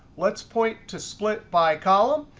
let's point to split by column.